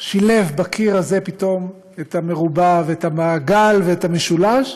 שילב בקיר הזה פתאום את המעגל ואת המרובע ואת המשולש.